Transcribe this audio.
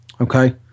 Okay